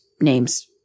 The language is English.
names